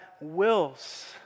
wills